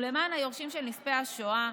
ולמען היורשים של נספי השואה,